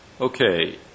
okay